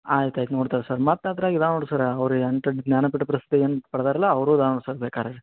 ಆಯ್ತು ಆಯ್ತು ನೋಡ್ತೇವೆ ಸರ್ ಮತ್ತೆ ಅದ್ರಾಗೆ ಇದ್ದಾವೆ ನೋಡಿ ಸರ್ರ ಅವ್ರಿಗೆ ಎಂಟು ಜ್ಞಾನಪೀಠ ಪ್ರಶಸ್ತಿ ಏನು ಪಡ್ದಾರಲ್ಲ ಅವೂ ಇದ್ದಾವೆ ನೋಡಿ ಸರ್ ಬೇಕಾದ್ರೆ